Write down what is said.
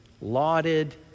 lauded